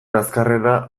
azkarrena